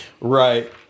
Right